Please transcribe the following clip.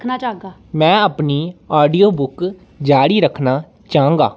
मेंं अपनी ऑडियोबुक जारी रक्खना चाह्गा